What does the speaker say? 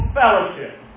fellowship